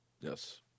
Yes